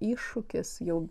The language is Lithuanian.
iššūkis jau